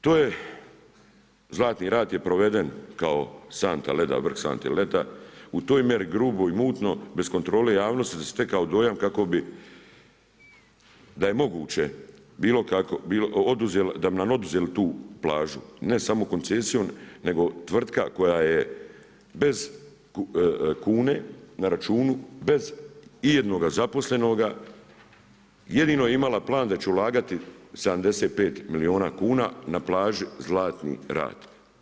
To je, Zlatni rat je proveden kao santa leda, vrh sante leda, u toj mjeru gruboj i mutno bez kontrole javnosti se stekao dojam kako bi da je moguće bilo kako, da bi nam oduzeli tu plažu, ne samo koncesijom nego tvrtka koja je bez kune, na računu, bez ijednoga zaposlenoga, jedino imala plan da će ulagati 75 milijuna kuna na plaži Zlatni rat.